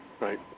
Right